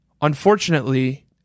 Unfortunately